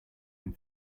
been